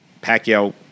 Pacquiao